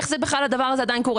איך זה בכלל הדבר הזה עדיין קורה?